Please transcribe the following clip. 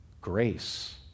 grace